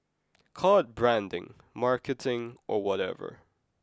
call it branding marketing or whatever